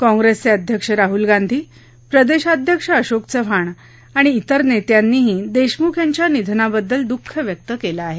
काँप्रेसचे अध्यक्ष राहूल गांधी प्रदेशाध्यक्ष अशोक चव्हाण आणि इतर नेत्यांनीही देशमुख यांच्या निधनाबद्दल दुःख व्यक्त केलं आहे